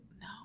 no